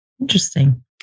Interesting